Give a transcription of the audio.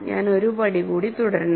ഞാൻ ഒരു പടി കൂടി തുടരണം